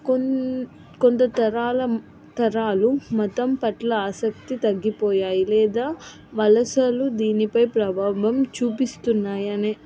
కొన్ కొంత తరాల తరాలు మతం పట్ల ఆసక్తి తగ్గిపోయాయి లేదా వలసలు దీనిపై ప్రభావం చూపిస్తున్నాయని